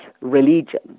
religion